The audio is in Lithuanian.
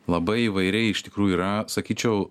labai įvairiai iš tikrųjų yra sakyčiau